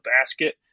basket